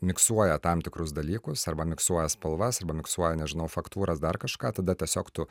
miksuoja tam tikrus dalykus arba miksuoja spalvas arba miksuoja nežinau faktūras dar kažką tada tiesiog tu